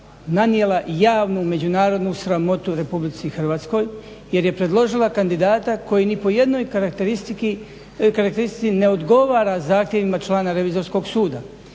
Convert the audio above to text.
nanijela javnu međunarodnu sramotu RH jer je predložila kandidata koji ni po jednoj karakteristici ne odgovara zahtjevima člana Revizorskog suda.